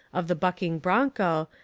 of the bucking broncho,